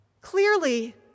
Clearly